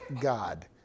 God